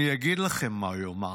אני אגיד לכם מה הוא יאמר: